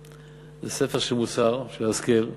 זה ספר של מוסר, של השכל.